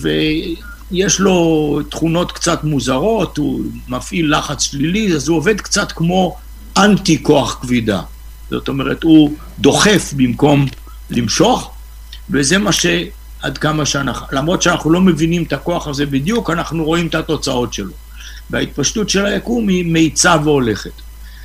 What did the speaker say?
ויש לו תכונות קצת מוזרות, הוא מפעיל לחץ שלילי, אז הוא עובד קצת כמו אנטי כוח כבידה. זאת אומרת, הוא דוחף במקום למשוך, וזה מה שעד כמה שאנחנו... למרות שאנחנו לא מבינים את הכוח הזה בדיוק, אנחנו רואים את התוצאות שלו. וההתפשטות של היקום היא מאיצה והולכת.